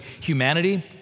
humanity